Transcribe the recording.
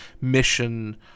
mission